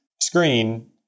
screen